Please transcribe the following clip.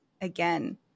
again